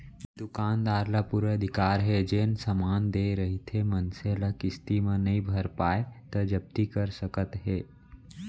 दुकानदार ल पुरा अधिकार हे जेन समान देय रहिथे मनसे ल किस्ती म नइ भर पावय त जब्ती कर सकत हे